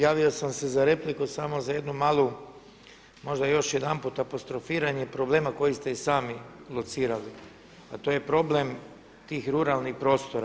Javio sam se za repliku samo za jednu malu možda još jedanputa apostrofiranje problema koji ste i sami locirali, a to je problem tih ruralnih prostora.